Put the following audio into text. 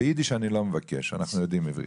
ביידיש אני לא מבקש, אנחנו יודעים עברית.